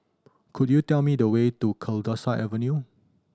could you tell me the way to Kalidasa Avenue